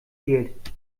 fehlt